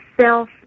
self